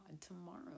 tomorrow